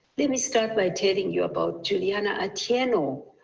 let me start by telling you about juliana atieno,